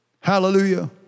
Hallelujah